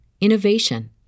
innovation